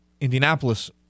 Indianapolis